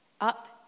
up